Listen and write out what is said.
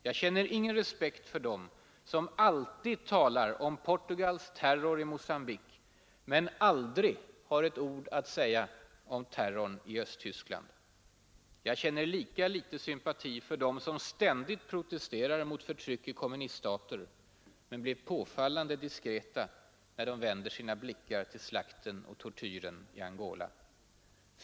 Jag känner ingen respekt för dem som alltid talar om Portugals terror i Mogambique men aldrig har ett ord att säga om terrorn i Östtyskland. Jag känner lika litet sympati för dem som ständigt protesterar mot förtryck i kommuniststater men blir påfallande diskreta när de vänder sina blickar till slakten och tortyren i Angola.